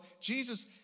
Jesus